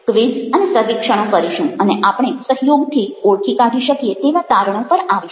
quiz અને સર્વેક્ષણો કરીશું અને આપણે સહયોગથી ઓળખી કાઢી શકીએ તેવા તારણો પર આવીશું